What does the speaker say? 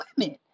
women